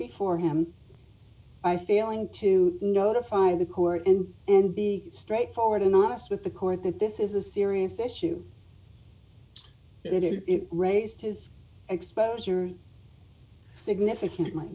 before him by failing to notify the court and and be straightforward and honest with the court that this is a serious issue that it raised his exposure significantly